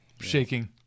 Shaking